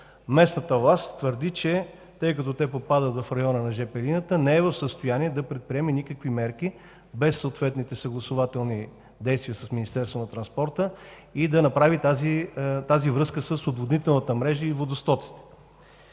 Местната власт твърди, че тъй като те попадат в района на жп линията, не е в състояние да предприеме никакви мерки без съответните съгласувателни действия с Министерството на транспорта и да направи тази връзка с отводнителната мрежа и водостоците.